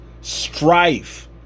strife